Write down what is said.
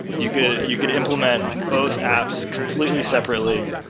you could you could implement both apps completely separately.